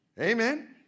Amen